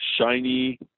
shiny